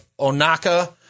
onaka